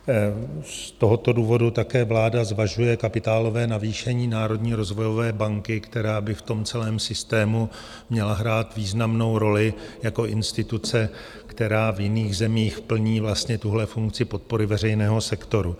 Z tohoto důvodu také vláda zvažuje kapitálové navýšení Národní rozvojové banky, která by v celém systému měla hrát významnou roli jako instituce, která v jiných zemích plní vlastně tuhle funkci podpory veřejného sektoru.